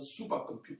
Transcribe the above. supercomputer